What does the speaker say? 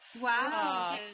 Wow